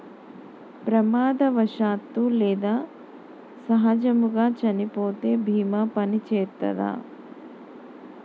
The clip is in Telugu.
ప్రమాదవశాత్తు లేదా సహజముగా చనిపోతే బీమా పనిచేత్తదా?